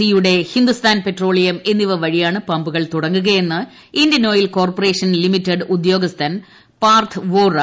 C യുടെ Hindustan petroleum എന്നിവ വഴിയാണ് പമ്പുകൾ തുടങ്ങുകയെന്ന് ഇന്ത്യൻ ഓയിൽ കോർപ്പറേഷൻ ലിമിറ്റഡ് ഉദ്യോഗസ്ഥൻ പാർത്ഥ് അറിയിച്ചു